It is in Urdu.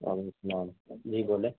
وعلیکم السلام جی بولے